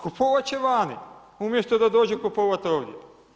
Kupovati će vani, umjesto da dođu kupovati ovdje.